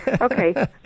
Okay